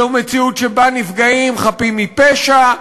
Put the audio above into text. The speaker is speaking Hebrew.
זה מציאות שבה נפגעים חפים מפשע,